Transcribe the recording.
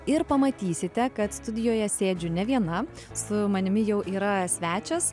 ir pamatysite kad studijoje sėdžiu ne viena su manimi jau yra svečias